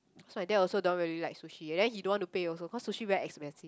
so my dad also don't really like sushi then he don't want to pay also cause sushi very expensive